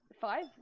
five